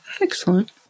Excellent